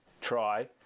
try